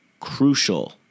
crucial